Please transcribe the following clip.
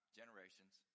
generations